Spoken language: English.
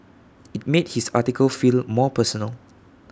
IT made his article feel more personal